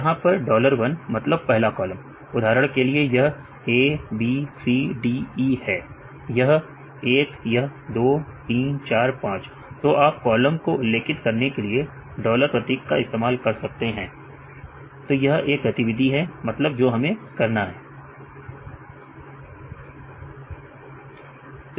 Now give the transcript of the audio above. यहां पर डॉलर 1 मतलब पहला कॉलम उदाहरण के लिए अगर यह A B C D E है यह 1 यह 2 3 4 5 तो आप कॉलम को उल्लेखित करने के लिए डॉलर प्रतीक का इस्तेमाल कर सकते हैं तो यह एक गतिविधि है मतलब जो हम करना चाहते हैं